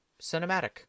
cinematic